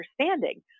understanding